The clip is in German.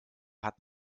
hat